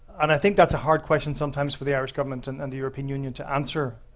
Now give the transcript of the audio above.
and i think that's a hard question sometimes for the irish government and and the european union to answer.